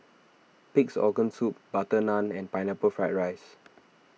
Pig's Organ Soup Butter Naan and Pineapple Fried Rice